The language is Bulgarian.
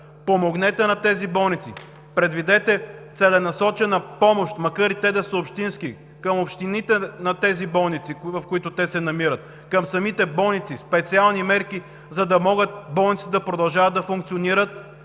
Помогнете на тези болници, предвидете целенасочена помощ, и макар те да са общински, към общините на тези болници, в които те се намират, към самите болници – специални мерки, за да могат те да продължават да функционират